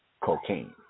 cocaine